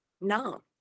No